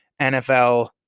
NFL